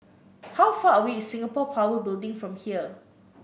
how far away is Singapore Power Building from here